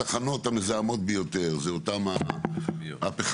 התחנות המזהמות ביותר הן אותן הפחמיות,